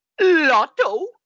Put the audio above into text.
lotto